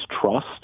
trust